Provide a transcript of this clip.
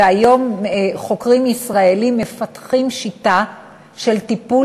והיום חוקרים ישראלים מפתחים שיטה של טיפול